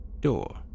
door